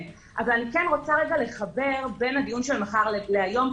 רוצה לחבר בין הדיון של מחר להיום,